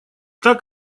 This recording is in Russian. так